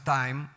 time